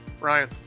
Ryan